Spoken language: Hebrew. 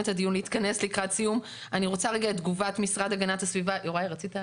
כן, יוראי.